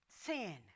Sin